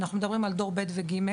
אנחנו מדברים על דור ב' ו-ג',